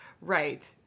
Right